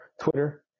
Twitter